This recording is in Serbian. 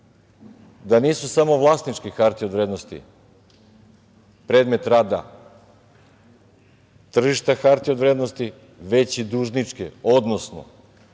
da nisu samo vlasničke hartije od vrednosti predmet rada tržišta hartije od vrednosti, već i dužničke, odnosno